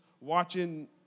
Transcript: watching